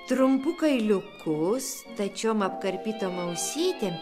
trumpu kailiuku stačiom apkarpytom ausytėm